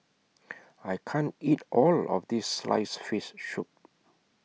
I can't eat All of This Sliced Fish Soup